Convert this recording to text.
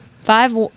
Five